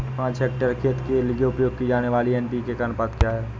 पाँच हेक्टेयर खेत के लिए उपयोग की जाने वाली एन.पी.के का अनुपात क्या होता है?